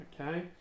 Okay